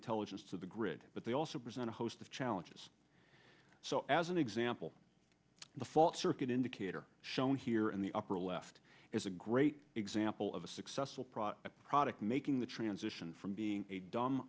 intelligence to the grid but they also present a host of challenges so as an example the fault circuit indicator shown here in the upper left is a great example of a successful product product making the transition from being a dumb